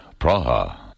Praha